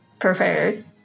Prepared